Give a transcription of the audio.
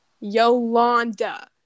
Yolanda